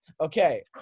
Okay